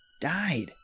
died